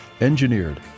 engineered